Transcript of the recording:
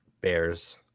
bears